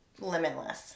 limitless